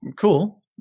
cool